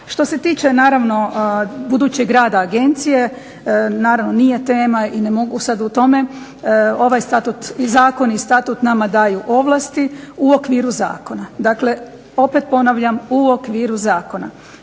Što se tiče naravno budućeg rada agencije naravno nije tema i ne mogu sad o tome. Ovaj Statut i zakon i Statut nama daju ovlasti u okviru zakona. Dakle, opet ponavljam u okviru zakona.